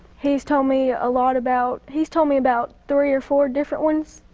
he's told me a lot about he's told me about three or four different ones.